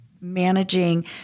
managing